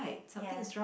ya